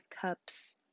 cups